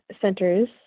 centers